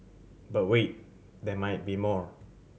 but wait there might be more